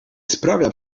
sprawia